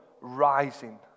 rising